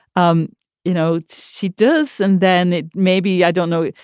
um you know, she does. and then maybe i don't know.